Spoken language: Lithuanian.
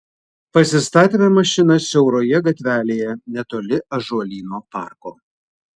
pasistatėme mašiną siauroje gatvelėje netoli ąžuolyno parko